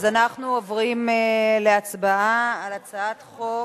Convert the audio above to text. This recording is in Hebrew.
אז אנחנו עוברים להצבעה על הצעת חוק